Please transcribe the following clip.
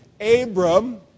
Abram